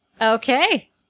Okay